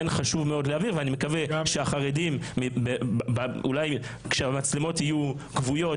אני מקווה שהחרדים אולי כאשר המצלמות תהיינה כבויות,